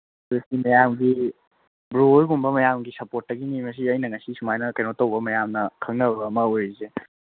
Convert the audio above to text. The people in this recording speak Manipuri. ꯃꯌꯥꯝꯒꯤ ꯕ꯭ꯔꯣꯍꯣꯏꯒꯨꯝꯕ ꯃꯌꯥꯝꯒꯤ ꯁꯄꯣꯔꯠꯇꯒꯤꯅꯦ ꯉꯁꯤ ꯑꯩꯅ ꯉꯁꯤ ꯁꯨꯃꯥꯏꯅ ꯀꯩꯅꯣ ꯇꯧꯕ ꯃꯌꯥꯝꯅ ꯈꯪꯅꯕ ꯑꯃ ꯑꯣꯏꯔꯤꯁꯦ